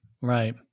Right